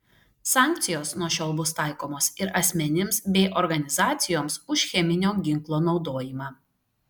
sankcijos nuo šiol bus taikomos ir asmenims bei organizacijoms už cheminio ginklo naudojimą